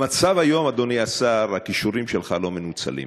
במצב היום, אדוני השר, הכישורים שלך לא מנוצלים.